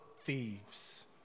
thieves